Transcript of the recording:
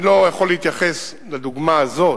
אני לא יכול להתייחס לדוגמה הזאת,